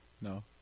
No